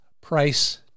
price